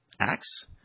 Acts